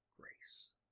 grace